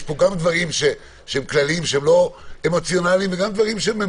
יש פה גם דברים כללים שהם לא אמוציונליים וגם דברים שהם אמת,